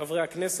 חברי הכנסת,